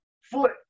foot